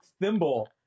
thimble